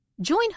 Join